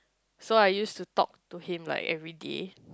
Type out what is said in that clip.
so I used to talk to him like everyday